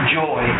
joy